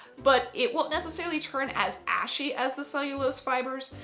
but it won't necessarily turn as ashy as the cellulose fibres.